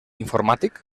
informàtic